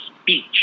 speech